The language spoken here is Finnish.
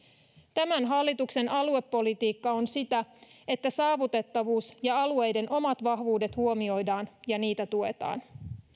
tämän hallituksen aluepolitiikka on sitä että saavutettavuus ja alueiden omat vahvuudet huomioidaan ja niitä tuetaan